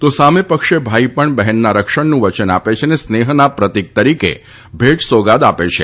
તો સામે પક્ષે ભાઈ પણ બહેનના રક્ષણનું વચન આપે છે તથા સ્નેહના પ્રતિક તરીકે ભેટસોગાદ આપે છે